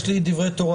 רק